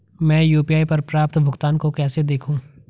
मैं यू.पी.आई पर प्राप्त भुगतान को कैसे देखूं?